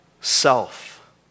self